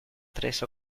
tres